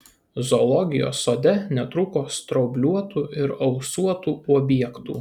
zoologijos sode netrūko straubliuotų ir ausuotų objektų